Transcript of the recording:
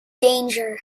danger